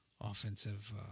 offensive